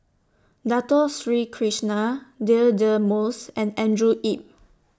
Dato Sri Krishna Deirdre Moss and Andrew Yip